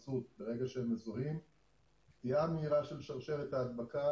שלא לדבר על-כך שיש מידע משרד הבריאות סירב להעביר אלינו